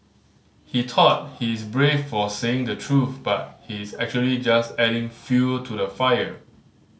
he thought he's brave for saying the truth but he's actually just adding fuel to the fire